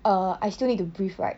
uh I still need to breathe right